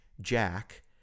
jack